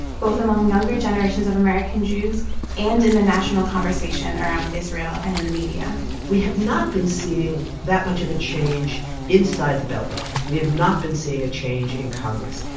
both among younger generations of american jews and in the national conversation around israel and in the media we have not been seeing that much of a change inside the beltway. we have not been seeing a change in congress.